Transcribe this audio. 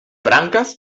branques